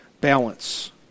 balance